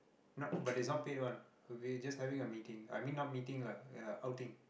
not but it's not paid one we're just having a meeting I mean not meeting lah uh outing